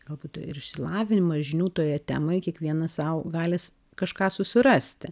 galbūt ir išsilavinimą ir žinių toje temoje kiekvienas sau gali kažką susirasti